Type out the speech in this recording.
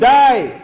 die